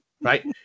right